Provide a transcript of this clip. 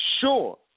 sure